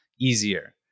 easier